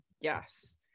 Yes